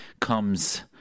comes